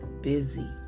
busy